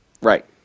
Right